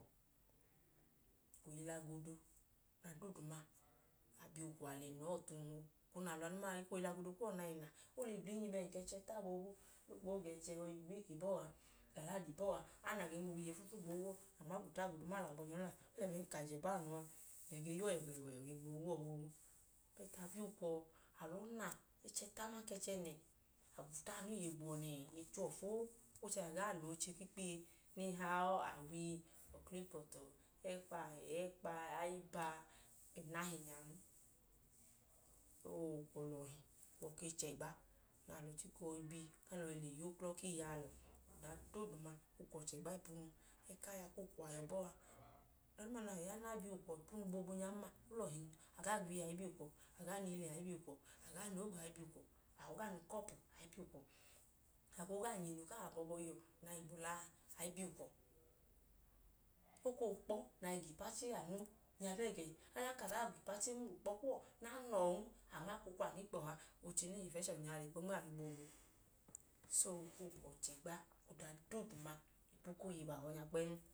Kwu ili-agodo mla ọda dooduma a, a bi ukwọ a le na ọọ ọtunu. Oona mla anu a, o koo wẹ ili-agodo kuwọ na koo le na, o le blinyi bẹẹka ẹchi ẹta a boobu, o gboo ga ẹchi ẹhọ, ga uwiiki mla aladi bọ a, a na gẹn boobu iye fluflu gboo yuwọ. O lẹbẹẹka ajẹ baa nu a. Iye ge wa uwọ wẹ, wẹ, wẹ. Iye ge wa uwọ boobu. Bẹt a bi ukwọ a lọọ na, ẹchi ẹta aman ka ẹchi ẹnẹ, a gwuta anu iye gbo uwọ nẹẹ, iye che uwọ foo. O chẹ na gaa lẹ oche ku ikpiye ne hi aawi, oklipọtọ, ẹkpa-ahẹ, ẹkpa-ayiba, ẹnahi nyan. So ukwọ lọhi. Ukwọ ke chẹgba na alọ chika oobi le yuklọ ku iye alọ. Ọda dooduma, ukwọ chẹgba ipunu. Ẹku aya ku ukwọ a yọ bọọ a. Ọda duuma na ya nẹ a bi ukwọ ipunu boobun, o lọhin. A gaa gwiye, a i bi ukwọ, a gaa na ili, a i bi ukwọ, a gaa na ogo a i bi ukwọ, a gaa na ukọpu, a i bi ukwọ. A koo gaa nya inu ku awọ abọọbọhiyuwọ a, a i bi ukwọ. O koo wẹ ukpọ na i ga ipachi anu nya bẹẹ gẹ? Ọdanka a gaa ga ipachi mla ukpọ kuwọ, nẹ a na ọọn, a maa kwokwu anu igbọha, oche nẹ e hi infẹshọn nya a le kpo nma anu boobu. So, ukwọ chẹgba ọda dooduma ipu ku oyeyi abaabanya kpẹẹm.